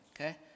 Okay